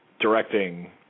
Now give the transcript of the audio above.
directing